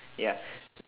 ya